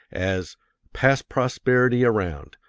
as pass prosperity around,